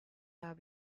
have